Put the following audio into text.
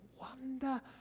wonder